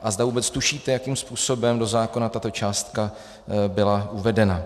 A zda vůbec tušíte, jakým způsobem do zákona tato částka byla uvedena.